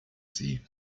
sie